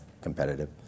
competitive